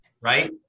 right